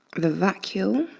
the vacuole,